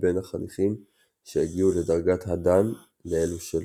בין החניכים שהגיעו לדרגת הדאן לאלו שלא.